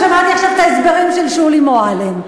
ושמעתי עכשיו את ההסברים של שולי מועלם,